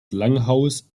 langhaus